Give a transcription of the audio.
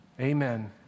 Amen